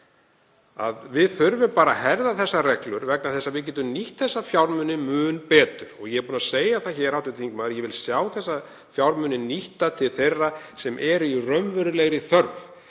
Við þurfum að herða þessar reglur vegna þess að við getum nýtt þessa fjármuni mun betur. Og ég er búinn að segja það hér, hv. þingmaður, að ég vil sjá þessa fjármuni nýtta í þágu þeirra sem eru í raunverulegri þörf,